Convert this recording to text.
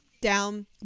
down